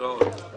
בשעה